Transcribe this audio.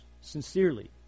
sincerely